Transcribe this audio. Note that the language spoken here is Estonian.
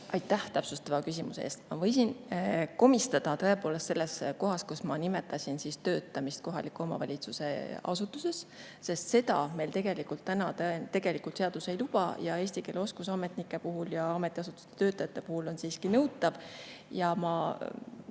Aitäh täpsustava küsimuse eest! Ma võisin komistada tõepoolest selles kohas, kus ma nimetasin töötamist kohaliku omavalitsuse asutuses. Seda meil tegelikult seadus täna ei luba. Eesti keele oskus ametnike puhul ja ametiasutuste töötajate puhul on nõutav. Ja ma